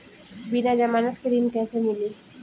बिना जमानत के ऋण कैसे मिली?